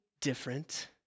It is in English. different